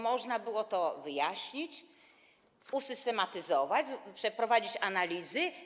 Można było to wyjaśnić, usystematyzować, przeprowadzić analizy.